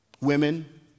women